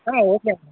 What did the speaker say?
okay madam